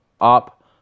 up